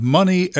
Money